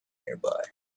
nearby